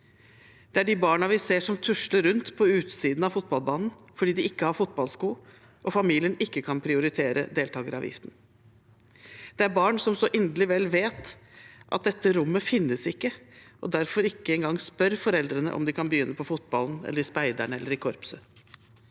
Det er de barna vi ser som tusler rundt på utsiden av fotballbanen fordi de ikke har fotballsko, og fordi familien ikke kan prioritere deltakeravgiften. Det er barn som så inderlig vel vet at dette rommet ikke finnes, og som derfor ikke engang spør foreldrene om de kan begynne på fotballen, i speideren eller i korpset.